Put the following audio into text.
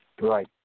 right